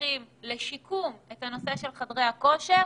צריכים חדרי כושר לצורך שיקום,